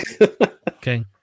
Okay